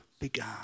began